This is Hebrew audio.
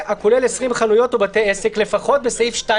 שלאור העובדה שבחוק הסמכויות בסעיף 4